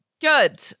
Good